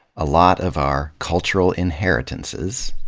a lot of our cultural inheritences,